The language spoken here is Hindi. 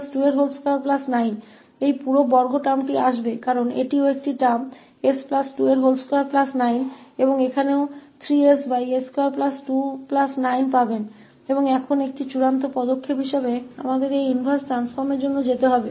तो Y9ss22923ss229 यह पूरा वर्ग पद आएगा क्योंकि यह भी वही पद है s229 और यहाँ भी मिलेगा तो 3ss229 और अब अंतिम चरण के रूप में हमें इस इनवर्स ट्रांसफॉर्म के लिए जाने की जरूरत है